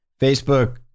Facebook